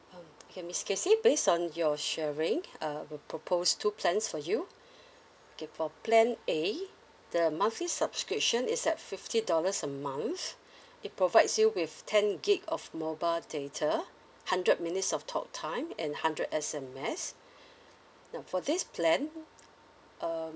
um okay miss casey based on your sharing I'll propose two plans for you okay for plan A the monthly subscription is at fifty dollars a month it provides you with ten gig of mobile data hundred minutes of talk time and hundred S_M_S now for this plan uh